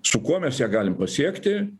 su kuo mes ją galim pasiekti